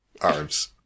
arms